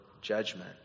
judgment